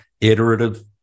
iterative